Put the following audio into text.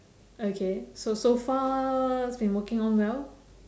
okay so so far it's been working along well